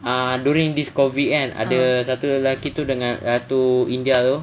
ah during this COVID kan ada satu lelaki tu dengan uh tu india tu